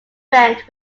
went